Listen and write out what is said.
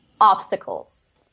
obstacles